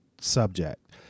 subject